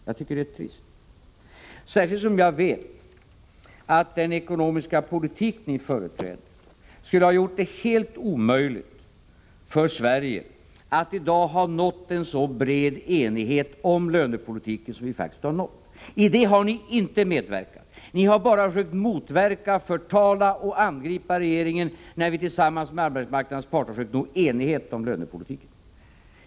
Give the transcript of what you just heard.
Jag tycker att det är trist, särskilt som jag vet att den ekonomiska politik som ni företräder skulle ha gjort det helt omöjligt för Sverige att nå en så bred enighet om lönepolitiken som vi i dag faktiskt har nått. Till detta har ni inte medverkat. Ni har försökt motverka, förtala och angripa regeringen när vi tillsammans med arbetsmarknadens parter försökt nå enighet om lönepolitiken.